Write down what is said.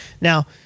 Now